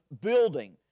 building